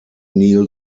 neil